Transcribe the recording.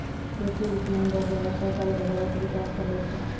कृषि विपणन रो द्वारा सहकारी बाजारो के बिकास होलो छै